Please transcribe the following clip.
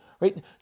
right